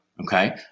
Okay